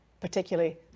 particularly